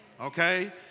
okay